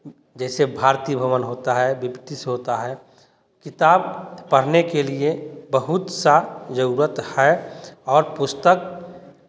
जैसे भारती भवन होता है बीपतीस होता है किताब पढ़ने के लिए बहुत सा ज़रूरत है और पुस्तक